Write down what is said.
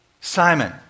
Simon